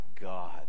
God